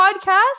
podcast